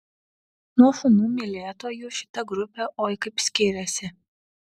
nuo šunų mylėtojų šita grupė oi kaip skiriasi